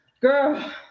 Girl